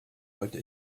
wollte